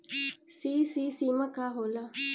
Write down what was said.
CC सीमा का होला?